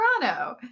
Toronto